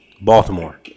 Baltimore